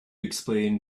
explain